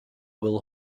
will